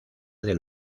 del